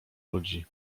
ludzi